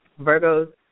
Virgos